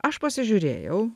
aš pasižiūrėjau